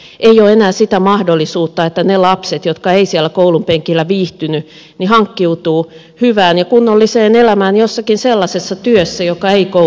ei ole enää sitä mahdollisuutta että ne lapset jotka eivät siellä koulunpenkillä viihtyneet hankkiutuvat hyvään ja kunnolliseen elämään jossakin sellaisessa työssä jossa ei koulutusta tarvitse